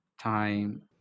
time